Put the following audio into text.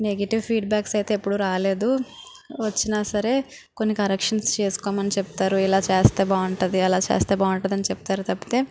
negative feedbacks అయితే అప్పుడూ రాలేదు వచ్చినా సరే కొన్ని కరెక్షన్స్ చేసుకోమని చెప్తారు ఇలా చేస్తే బాగుంటాది అలా చేస్తే బాగుంటాది అని చెప్తారు తప్పితే